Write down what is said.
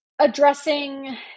addressing